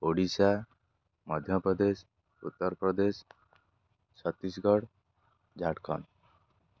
Odisha Madhya Pradesh Uttar Pradesh Chhattisgarh Jharkhand